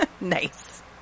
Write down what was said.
Nice